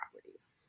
properties